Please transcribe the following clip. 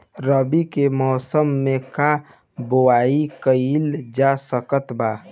रवि के मौसम में का बोआई कईल जा सकत बा?